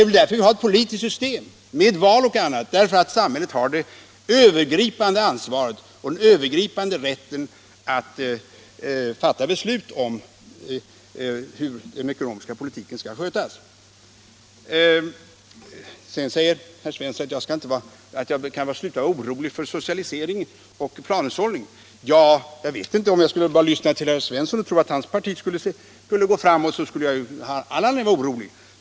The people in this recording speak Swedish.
Vi har väl ett politiskt system med val osv. därför att samhället har det övergripande ansvaret och den övergripande rätten att fatta beslut om hur den ekonomiska politiken skall skötas. Sedan säger herr Svensson i Malmö att jag kan sluta att vara orolig för socialisering och planhushållning. Om jag bara skulle lyssna till herr Svensson och tro att hans parti skulle gå framåt, skulle jag ha all anledning att vara orolig.